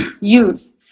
use